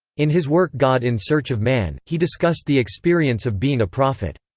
in his work god in search of man, he discussed the experience of being a prophet.